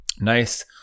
Nice